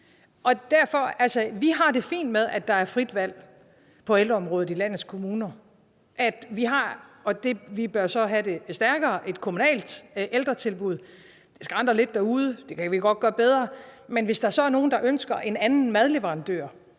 Vi har det fint med, at der er frit valg på ældreområdet i landets kommuner, men vi bør så have et stærkere kommunalt ældretilbud. Det skranter lidt derude; det kan vi godt gøre bedre. Men hvis der så er nogle, der ønsker en anden madleverandør